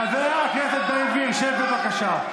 חבר הכנסת בן גביר, שב, בבקשה.